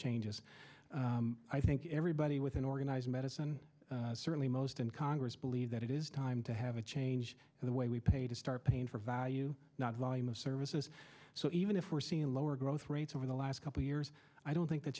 changes i think everybody within organized medicine certainly most in congress believe that it is time to have a change in the way we pay to start paying for value not volume of services so even if we're seeing lower growth rates over the last couple years i don't think that